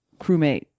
crewmate